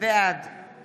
בעד